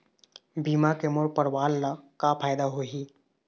बीमा के मोर परवार ला का फायदा होही?